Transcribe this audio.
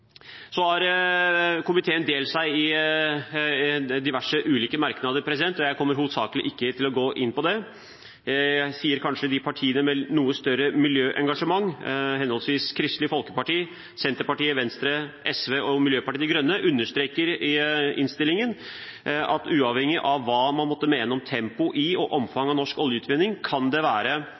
har delt seg i diverse ulike merknader, og jeg kommer hovedsakelig ikke til å gå inn på det. Jeg nevner at de partiene med kanskje et noe større miljøengasjement, henholdsvis Kristelig Folkeparti, Senterpartiet, Venstre, SV og Miljøpartiet De Grønne, understreker i innstillingen at uavhengig av hva man måtte mene om tempo i og omfang av norsk oljeutvinning, kan det være